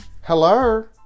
hello